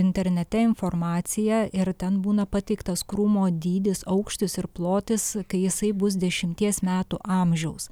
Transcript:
internete informaciją ir ten būna pateiktas krūmo dydis aukštis ir plotis kai jisai bus dešimties metų amžiaus